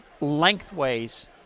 lengthways